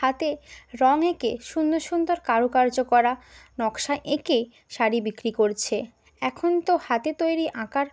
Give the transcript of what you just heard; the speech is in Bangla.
হাতে রং এঁকে সুন্দর সুন্দর কারুকার্য করা নকশা এঁকে শাড়ি বিক্রি করছে এখন তো হাতে তৈরি আঁকার